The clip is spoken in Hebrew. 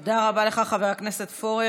תודה רבה לך, חבר הכנסת פורר.